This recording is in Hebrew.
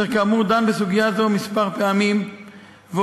אשר כאמור דן בסוגיה זו כמה פעמים והותיר